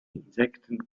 insekten